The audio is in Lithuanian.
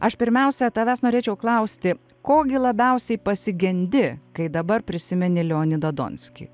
aš pirmiausia tavęs norėčiau klausti ko gi labiausiai pasigendi kai dabar prisimeni leonidą donskį